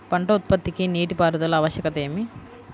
పంట ఉత్పత్తికి నీటిపారుదల ఆవశ్యకత ఏమి?